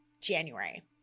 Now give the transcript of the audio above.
January